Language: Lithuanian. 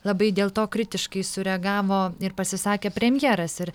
labai dėl to kritiškai sureagavo ir pasisakė premjeras ir